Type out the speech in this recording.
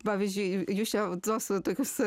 pavyzdžiui jūs čia va tuos tokius